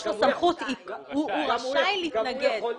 הוא רשאי להתנגד.